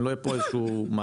אם לא יהיה פה איזשהו מהליך